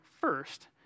first